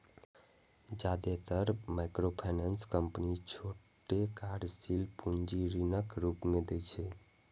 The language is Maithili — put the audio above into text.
जादेतर माइक्रोफाइनेंस कंपनी छोट कार्यशील पूंजी ऋणक रूप मे दै छै